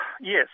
Yes